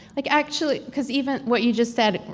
like actually cause even what you just said,